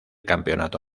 campeonato